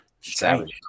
Savage